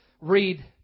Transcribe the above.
read